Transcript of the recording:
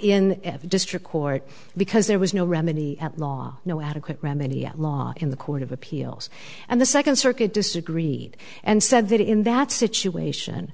in district court because there was no remedy at law no adequate remedy law in the court of appeals and the second circuit disagreed and said that in that situation